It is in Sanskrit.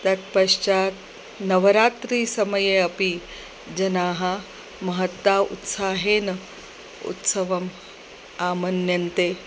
तत्पश्चात् नवरात्रिसमये अपि जनाः महत्ता उत्साहेन उत्सवम् आमन्यन्ते